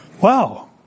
Wow